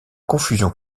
confusion